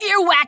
Earwax